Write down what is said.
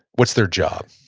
what's their job?